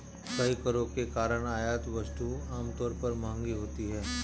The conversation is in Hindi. कई करों के कारण आयात वस्तुएं आमतौर पर महंगी होती हैं